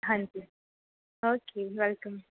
ਹਾਂਜੀ okay welcome